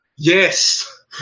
Yes